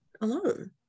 alone